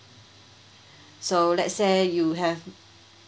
so let's say you have